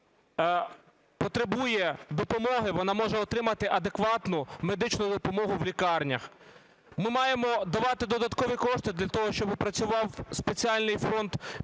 яка потребує допомоги, вона може отримати адекватну медичну допомогу в лікарнях. Ми маємо давати додаткові кошти для того, щоб працював спеціальний фонд бюджету